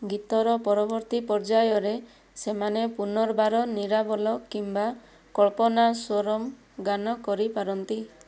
ଗୀତର ପରବର୍ତ୍ତୀ ପର୍ଯ୍ୟାୟରେ ସେମାନେ ପୁନର୍ବାର ନିରାବଲ କିମ୍ବା କଲ୍ପନାସ୍ୱରମ୍ ଗାନ କରିପାରନ୍ତି